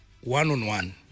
one-on-one